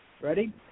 ready